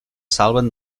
salven